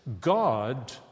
God